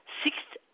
sixth